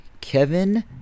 Kevin